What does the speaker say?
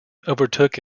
overtook